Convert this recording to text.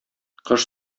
кош